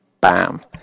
Bam